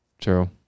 True